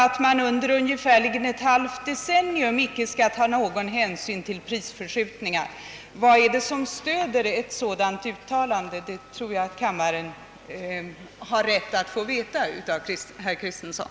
Man skulle alltså under ungefärligen ett halvt decennium icke ta någon hänsyn till prisförskjutningar. Vad är det som stöder ett sådant antagande? Det tror jag att kammaren har rätt att få veta av herr Kristenson.